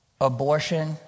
abortion